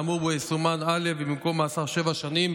האמור בו יסומן '(א)' ובמקום 'מאסר שבע שנים',